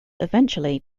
eventually